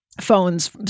phones